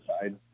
side